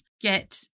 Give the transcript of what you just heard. get